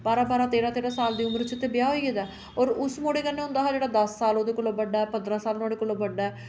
बारां बारां तेरां तेरां साल दी उमर च ते ब्याह् होई गेदा होर उस मुड़े कन्नै होंदा हा जेह्ड़ा दस साल ओह्दे कोला बड्डा पंदरां साल नुहाड़े कोला बड्डा ऐ